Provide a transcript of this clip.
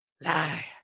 lie